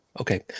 Okay